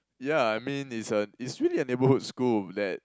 ya I mean it's a is really a neighborhood school that